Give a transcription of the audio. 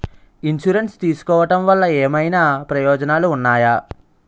Insurance తీసుకోవటం వల్ల ఏమైనా ప్రయోజనాలు ఉన్నాయా?